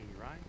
right